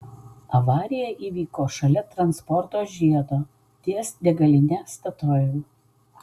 avarija įvyko šalia transporto žiedo ties degaline statoil